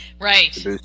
Right